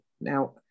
Now